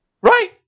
Right